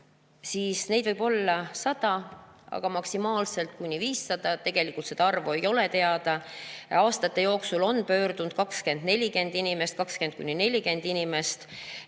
siis neid võib olla 100, aga maksimaalselt kuni 500, tegelikult seda arvu ei ole teada. Aastate jooksul on pöördunud 20–40 inimest. Kellelegi ei